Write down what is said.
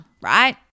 right